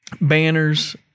Banners